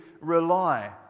rely